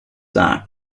that